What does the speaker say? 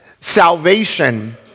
salvation